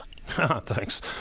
Thanks